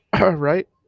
right